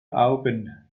augen